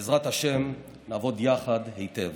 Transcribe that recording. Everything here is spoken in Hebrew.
בעזרת השם נעבוד יחד היטב.